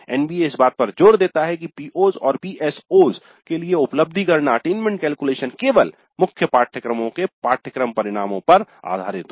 NBA इस बात पर जोर देता है कि PO's और PSO's के लिए उपलब्धि गणना केवल मुख्य पाठ्यक्रमों के पाठ्यक्रम परिणामों पर आधारित हो